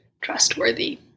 trustworthy